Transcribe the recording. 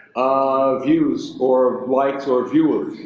ah views or likes or viewers,